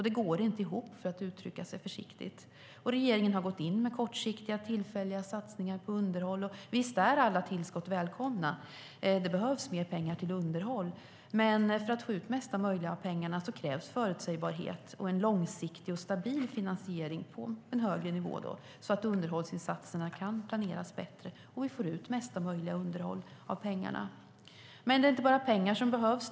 Det går inte ihop, för att uttrycka sig försiktigt. Regeringen har gått in med kortsiktiga och tillfälliga satsningar på underhåll. Visst är alla tillskott välkomna - det behövs mer pengar till underhåll - men för att få ut mesta möjliga av pengarna krävs förutsägbarhet och en långsiktig och stabil finansiering på en högre nivå så att underhållsinsatserna kan planeras bättre och vi får ut mesta möjliga underhåll av pengarna. Men det är inte bara pengar som behövs.